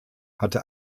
hatte